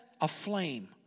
aflame